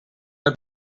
had